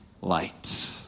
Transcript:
light